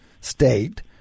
state